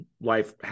life